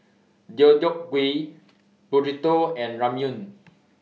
Deodeok Gui Burrito and Ramyeon